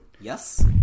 Yes